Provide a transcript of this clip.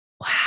Wow